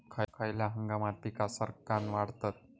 खयल्या हंगामात पीका सरक्कान वाढतत?